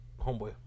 Homeboy